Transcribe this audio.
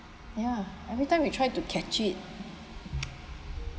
ya every time we try to catch it